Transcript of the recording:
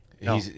No